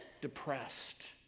depressed